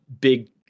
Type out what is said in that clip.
big